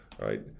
right